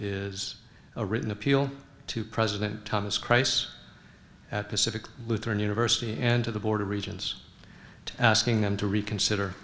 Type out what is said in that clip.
a written appeal to president thomas crisis at pacific lutheran university and to the border regions asking them to reconsider